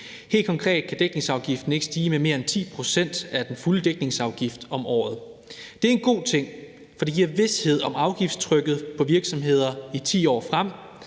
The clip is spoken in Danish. Helt konkret kan dækningsafgiften ikke stige med mere end 10 pct. af den fulde dækningsafgift om året. Det er en god ting, for det giver vished om afgiftstrykket på virksomheder i 10 år frem,